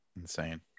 Insane